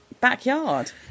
backyard